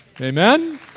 Amen